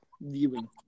viewing